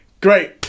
great